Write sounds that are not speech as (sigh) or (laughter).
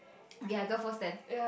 (noise) okay I go first then